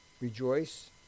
Rejoice